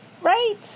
right